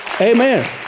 Amen